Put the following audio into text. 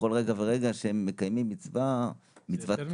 בכל רגע ורגע שהם מקיימים מצוות חסד,